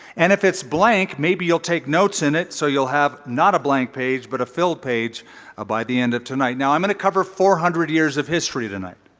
and if it's blank maybe you'll take notes in it so you'll have not a blank page but a filled page by the end of tonight. now i'm going to cover four hundred years of history tonight.